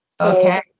okay